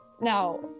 Now